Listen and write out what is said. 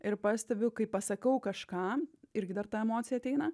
ir pastebiu kai pasakau kažką irgi dar ta emocija ateina